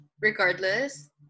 Regardless